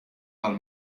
del